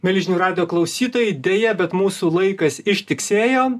mieli žinių radijo klausytojai deja bet mūsų laikas ištiksėjo